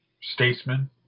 statesman